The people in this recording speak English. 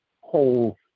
whole